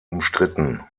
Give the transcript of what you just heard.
umstritten